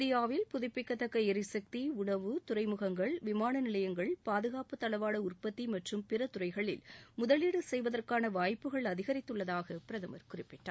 இந்தியாவில் புதுப்பிக்கதக்க ளிசக்தி உணவு துறைமுகங்கள் விமாள நிலையங்கள் பாதுகாப்பு தளவாட உற்பத்தி மற்றும் பிற துறைகளில் முதலீடு செய்வதற்கான வாய்ப்புகள் அதிகரித்துள்ளதாக பிரதமா் குறிப்பிட்டாள்